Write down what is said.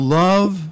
love